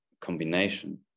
combination